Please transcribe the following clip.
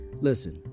Listen